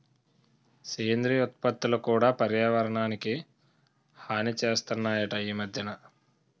సేంద్రియ ఉత్పత్తులు కూడా పర్యావరణానికి హాని సేస్తనాయట ఈ మద్దెన